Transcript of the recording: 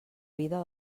vida